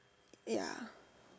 ya